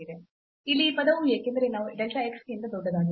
ಇಲ್ಲಿ ಈ ಪದವು ಏಕೆಂದರೆ ಇದು delta x ಗಿಂತ ದೊಡ್ಡದಾಗಿದೆ